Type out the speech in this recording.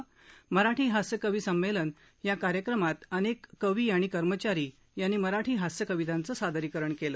मराठी हास्य कवी संमेलन या कार्यक्रमात पाच आमंत्रित कवी आणि आयकर कर्मचारी यांनी मराठी हास्य कवितांच सादरीकरण केलं